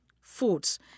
foods